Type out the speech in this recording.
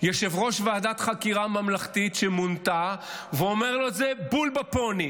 יושב-ראש ועדת חקירה ממלכתית שמונתה אומר לו את זה בול בפוני.